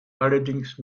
allerdings